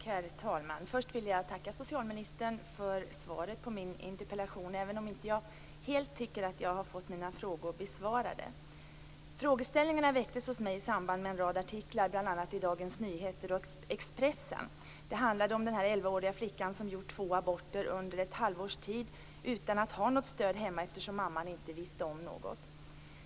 Herr talman! Först vill jag tacka socialministern för svaret på min interpellation, även om jag inte tycker att jag helt fick mina frågor besvarade. Frågeställningarna väcktes hos mig i samband med en rad artiklar i bl.a. Dagens Nyheter och Expressen. Det handlade om den elvaåriga flickan som gjort två aborter under ett halvårs tid, utan att ha något stöd hemma eftersom mamman inte visste om något.